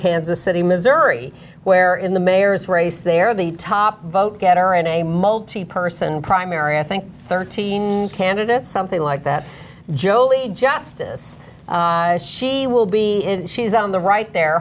kansas city missouri where in the mayor's race there the top vote getter in a multi person primary i think thirteen candidates something like that jolie justice she will be she's on the right the